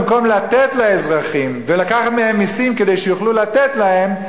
במקום לתת לאזרחים ולקחת מהם מסים כדי שיוכלו לתת להם,